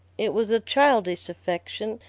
it was a childish affection,